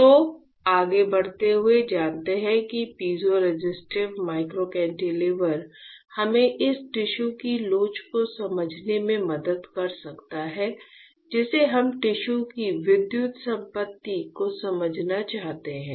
तो आगे बढ़ते हुए जानते हैं कि पीज़ोरेसिस्टिव माइक्रो कैंटिलीवर हमें इस टिश्यू की लोच को समझने में मदद कर सकता है जिसे हम टिश्यू की विद्युत संपत्ति को समझना चाहते हैं